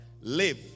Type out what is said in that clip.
Live